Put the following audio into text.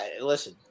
Listen